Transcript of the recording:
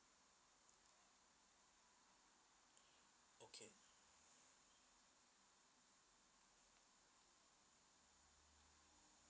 okay